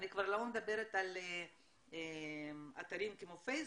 אני כבר לא מדברת על אתרים כמו פייסבוק.